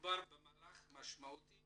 מדובר במהלך משמעותי